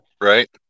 right